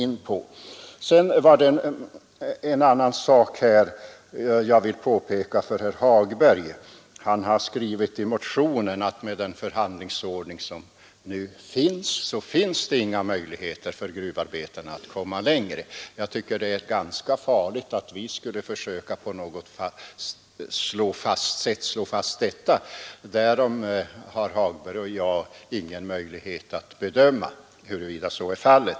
Jag vill för herr Hagberg påpeka en annan sak. Han har i motionen skrivit att med den förhandlingsordning som nu föreligger finns det inga möjligheter för gruvarbetarna att komma längre. Jag tycker att det vore ganska farligt, om vi skulle försöka slå fast detta. Herr Hagberg och jag har ingen möjlighet att bedöma huruvida så är fallet.